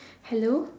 hello